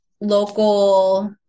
local